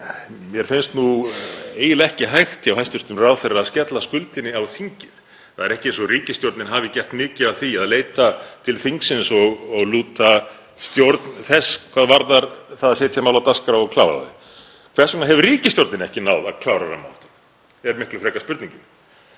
mér finnst eiginlega ekki hægt hjá hæstv. ráðherra að skella skuldinni á þingið. Það er ekki eins og ríkisstjórnin hafi gert mikið af því að leita til þingsins og lúta stjórn þess hvað varðar það að setja mál á dagskrá og klára þau. Hvers vegna hefur ríkisstjórnin ekki náð að klára rammaáætlun? Það er miklu frekar spurningin.